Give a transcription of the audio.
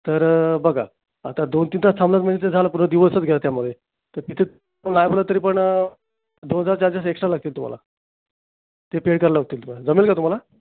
तर बघा आता दोन तीन तास थांबणार म्हणजे ते झालं पूर्ण दिवसच गेला त्यामध्ये तर तिथे नाही बोललात तरी पण दोन हजार चार्जेस एक्स्ट्रा लागतील तुम्हाला ते पेड करायला लागतील तुम्हाला जमेल का तुम्हाला